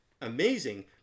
amazing